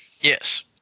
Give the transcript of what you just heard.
Yes